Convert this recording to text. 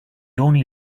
only